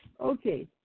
Okay